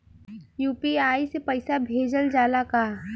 UPI से पईसा भेजल जाला का?